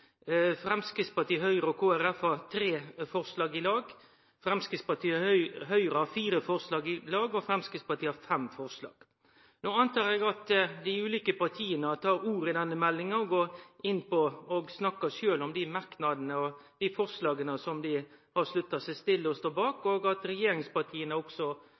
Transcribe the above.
lag, Framstegspartiet og Høgre har fire forslag i lag, og Framstegspartiet har fem forslag aleine. No antar eg at dei ulike partia tar ordet om denne meldinga og sjølve snakkar om dei merknadene og dei forslaga dei har slutta seg til og står bak, og at regjeringspartia også